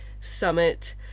summit